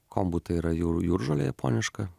kombu tai yra jūrų jūržolė japoniška